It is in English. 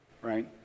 Right